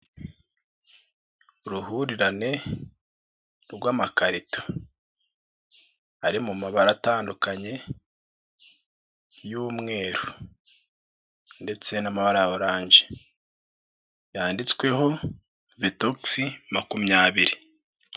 Uruhurirane rw'amakarito ari mu mabara atandukanye, y'umweru ndetse n'amabara ya orange yanditsweho vetosi makumyabiri.